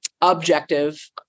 objective